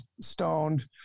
stoned